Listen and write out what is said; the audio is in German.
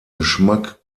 geschmack